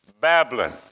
Babylon